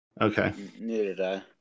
okay